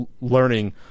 learning